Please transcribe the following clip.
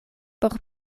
por